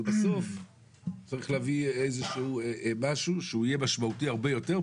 אבל בסוף צריך להביא איזה משהו שיהיה משמעותי הרבה יותר,